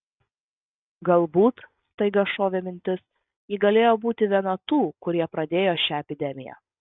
galbūt staiga šovė mintis ji galėjo būti viena tų kurie pradėjo šią epidemiją